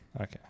Okay